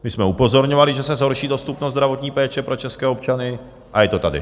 My jsme upozorňovali, že se zhorší dostupnost zdravotní péče pro české občany, a je to tady.